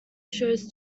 shows